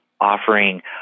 offering